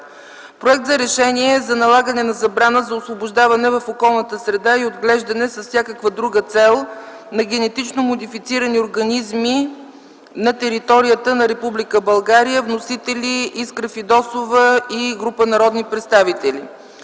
Проект за решение за налагане на забрана за освобождаване в околната среда и отглеждане с всякаква друга цел на генетично модифицирани организми на територията на Република България – вносители са Искра Фидосова и група народни представители;